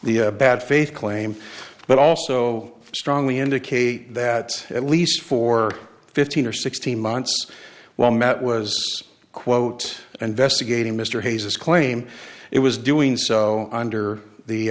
e bad faith claim but also strongly indicate that at least for fifteen or sixteen months while matt was quote and vesta gating mr hayes is claim it was doing so under the